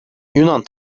yunan